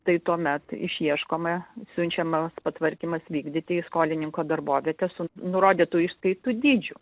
tai tuomet išieškome siunčiamas patvarkymas vykdyti į skolininko darbovietę su nurodytu išskaitų dydžiu